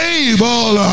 able